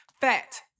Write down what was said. fat